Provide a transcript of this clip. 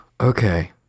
Okay